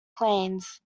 plains